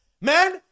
Man